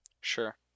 Sure